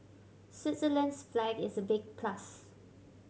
Switzerland's flag is a big plus